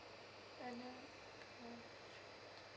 annual one two three